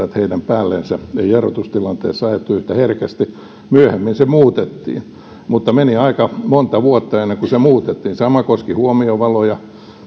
että heidän päällensä ei jarrutustilanteessa ajettu yhtä herkästi myöhemmin se muutettiin mutta meni aika monta vuotta ennen kuin se muutettiin sama koski huomiovaloja